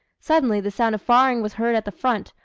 suddenly the sound of firing was heard at the front,